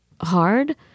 hard